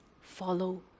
follow